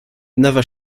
never